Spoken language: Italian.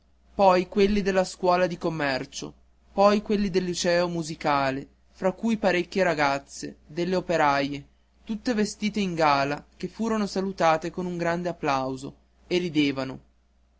poi quelli della scuola di commercio poi quelli del liceo musicale fra cui parecchie ragazze delle operaie tutte vestite in gala che furono salutate con un grande applauso e ridevano